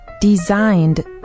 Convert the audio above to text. designed